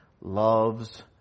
loves